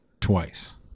twice